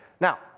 Now